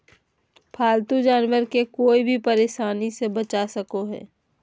पालतू जानवर के कोय भी परेशानी से बचा सको हइ